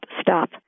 stop